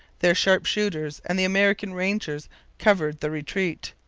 their sharp-shooters and the american rangers covered the retreat.